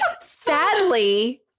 sadly